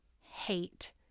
hate